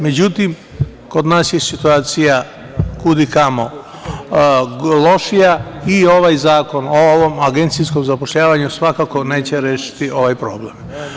Međutim, kod nas je situacija kudikamo lošija i ovaj zakon, o ovom agencijskom zapošljavanju, svakako neće rešiti ovaj problem.